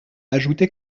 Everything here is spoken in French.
ajoutait